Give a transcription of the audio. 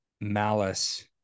malice